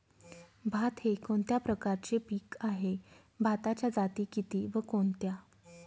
भात हे कोणत्या प्रकारचे पीक आहे? भाताच्या जाती किती व कोणत्या?